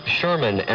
Sherman